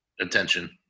attention